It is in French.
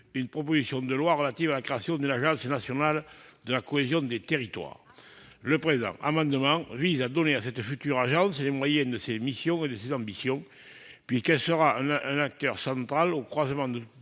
une proposition de loi portant création d'une Agence nationale de la cohésion des territoires, ou ANCT. Le présent amendement vise à donner à cette future agence les moyens de ses missions et de ses ambitions, puisqu'elle sera un acteur central au croisement de tous les